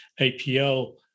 APL